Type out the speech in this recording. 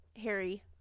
Harry